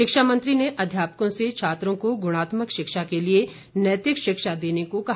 शिक्षा मंत्री ने अध्यापकों से छात्रों को गुणात्मक शिक्षा के लिए नैतिक शिक्षा देने को कहा